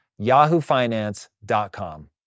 yahoofinance.com